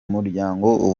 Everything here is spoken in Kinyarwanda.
muryango